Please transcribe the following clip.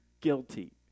guilty